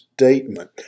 Statement